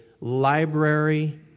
library